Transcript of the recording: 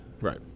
Right